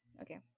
Okay